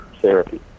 therapy